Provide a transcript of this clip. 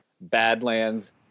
badlands